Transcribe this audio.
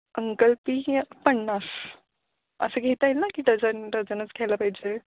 अंकलिपी य पन्नास असं घेता येईल ना की डजन डझनच घ्यायला पाहिजे